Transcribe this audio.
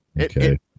Okay